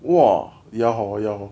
!wah! ya hor ya hor